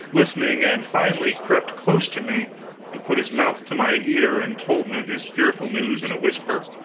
listening and finally crept close to me and put his mouth to my ear and told me his fearful news in a whisper,